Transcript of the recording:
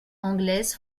anglaise